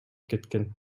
кеткен